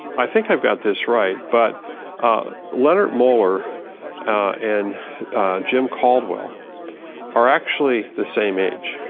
i think i've got this right, but leonard mueller and jim caldwell are actually the same age.